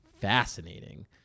fascinating